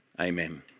amen